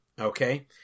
Okay